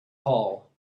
hall